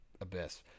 Abyss